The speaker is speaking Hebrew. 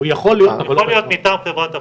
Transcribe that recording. הוא יכול להיות מטעם חברת האבטחה,